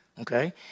okay